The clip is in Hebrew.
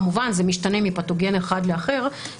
כמובן זה משתנה מפתוגן אחד לאחר,